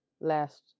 last